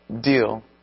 deal